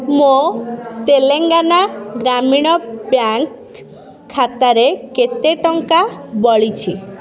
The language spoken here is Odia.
ମୋ ତେଲେଙ୍ଗାନା ଗ୍ରାମୀଣ ବ୍ୟାଙ୍କ ଖାତାରେ କେତେ ଟଙ୍କା ବଳିଛି